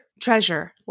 Treasure